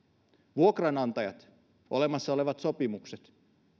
vuokranantajat ja olemassa olevat sopimukset